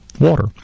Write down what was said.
water